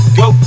go